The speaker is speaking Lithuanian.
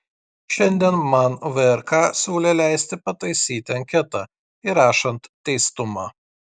šiandien man vrk siūlė leisti pataisyti anketą įrašant teistumą